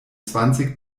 zwanzig